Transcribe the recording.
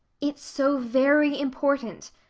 it's so very important,